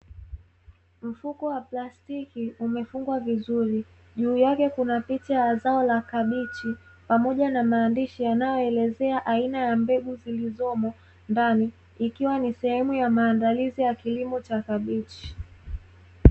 Mfuko wa plastiki umefungwa vizuri, juu yake kuna picha ya zao la kabichi pamoja na maandishi yanayoelezea aina ya mbegu zilizomo ndani ikiwa ni sehemu ya maandalizi ya kilimo cha kabichi.